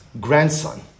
grandson